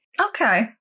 okay